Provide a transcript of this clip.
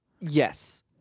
Yes